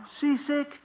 Seasick